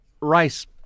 rice